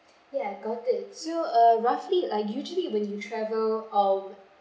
okay I got it so uh roughly uh usually when you travel or